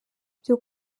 byo